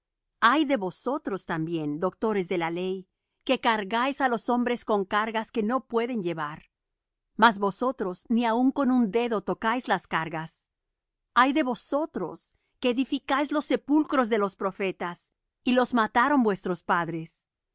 ay de vosotros también doctores de la ley que cargáis á los hombres con cargas que no pueden llevar mas vosotros ni aun con un dedo tocáis las cargas ay de vosotros que edificáis los sepulcros de los profetas y los mataron vuestros padres